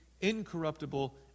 incorruptible